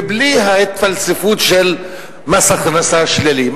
ובלי ההתפלספות של מס הכנסה שלילי.